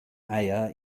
eier